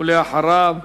ואחריו,